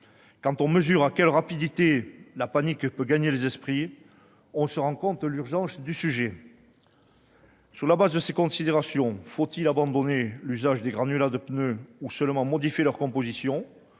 quand on mesure à quelle rapidité la panique peut gagner les esprits, on se rend compte de l'urgence du sujet. Sur la base de telles considérations, faut-il abandonner l'usage des granulats de pneus ou seulement modifier leur composition,